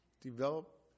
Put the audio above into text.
Develop